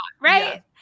Right